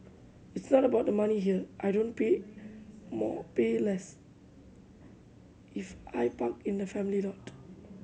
it's not about the money here I don't pay more pay less if I park in the family lot